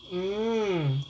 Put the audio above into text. mm